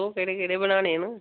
अच्छा दस्सो केह्ड़े केहड़े बनाने न